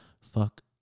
Fuck